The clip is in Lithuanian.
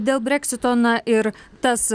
dėl breksito na ir tas